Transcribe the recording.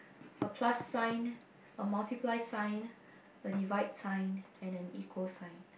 a plus sign a multiply sign a divide sign and an equal sign